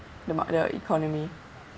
the mar~ the economy